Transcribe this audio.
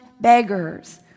beggars